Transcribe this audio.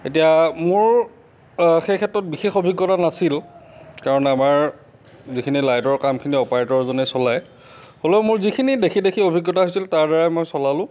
এতিয়া মোৰ সেই ক্ষেত্ৰত বিশেষ অভিজ্ঞতা নাছিল কাৰণ আমাৰ যিখিনি লাইটৰ কামখিনি অপাৰেটৰজনে চলায় হ'লেও মোৰ যিখিনি দেখি দেখি অভিজ্ঞতা হৈছিল তাৰ দ্বাৰাই মই চলালোঁ